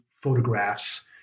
photographs